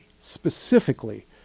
specifically